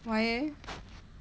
why eh